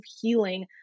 healing